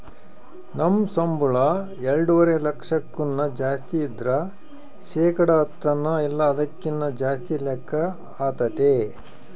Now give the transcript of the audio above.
ನಮ್ ಸಂಬುಳ ಎಲ್ಡುವರೆ ಲಕ್ಷಕ್ಕುನ್ನ ಜಾಸ್ತಿ ಇದ್ರ ಶೇಕಡ ಹತ್ತನ ಇಲ್ಲ ಅದಕ್ಕಿನ್ನ ಜಾಸ್ತಿ ಲೆಕ್ಕ ಆತತೆ